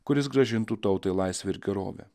kuris grąžintų tautai laisvę ir gerovę